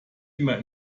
immer